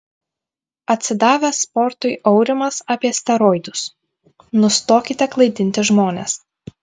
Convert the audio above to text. atsidavęs sportui aurimas apie steroidus nustokite klaidinti žmones